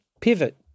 pivot